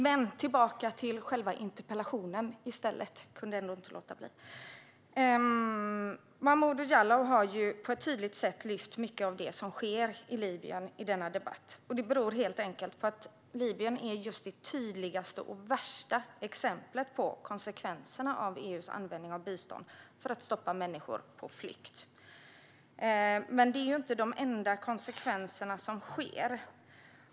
Men tillbaka till själva interpellationen - jag kunde bara inte låta bli. Momodou Jallow har på ett tydligt sätt lyft upp mycket av det som sker i Libyen i denna debatt. Det beror på att Libyen helt enkelt är det tydligaste och värsta exemplet på konsekvenserna av EU:s användning av bistånd för att stoppa människor på flykt. Detta är dock inte den enda konsekvensen.